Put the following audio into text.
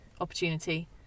opportunity